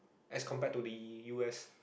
as compared to the u_s